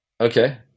Okay